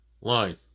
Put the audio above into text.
line